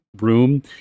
room